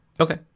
okay